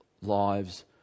lives